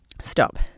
stop